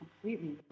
completely